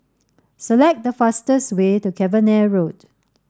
Select the fastest way to Cavenagh Road